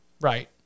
right